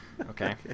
Okay